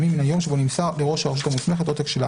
(ב)החלטת ראש הרשות המוסמכת לדחות את